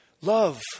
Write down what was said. Love